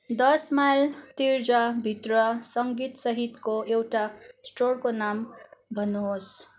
दस माइल तिर्जाभित्र सङ्गीत सहितको एउटा स्टोरको नाम भन्नुहोस्